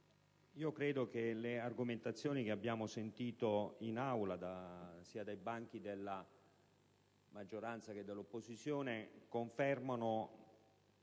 credo che le argomentazioni che abbiamo ascoltato in Aula, dai banchi sia della maggioranza che dell'opposizione, confermino